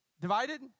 divided